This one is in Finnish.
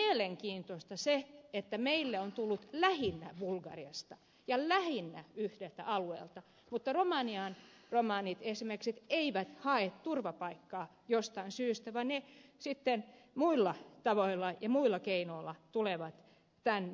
on kuitenkin mielenkiintoista se että meille on tullut turvapaikanhakijoita lähinnä bulgariasta ja lähinnä yhdeltä alueelta mutta romanian romanit esimerkiksi eivät hae turvapaikkaa jostain syystä vaan he sitten joillain muilla tavoilla ja keinoilla tulevat tänne